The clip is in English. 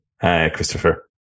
Christopher